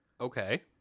Okay